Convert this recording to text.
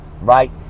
right